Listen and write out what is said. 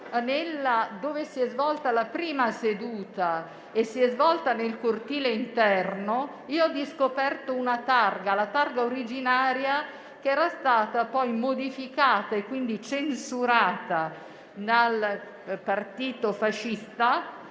dove si è svolta la prima seduta, cioè nel cortile interno, io ho scoperto la targa originaria, che era stata modificata e quindi censurata dal partito fascista;